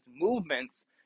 movements